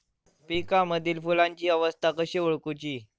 पिकांमदिल फुलांची अवस्था कशी ओळखुची?